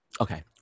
okay